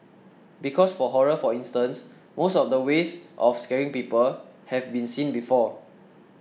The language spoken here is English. because for horror for instance most of the ways of scaring people have been seen before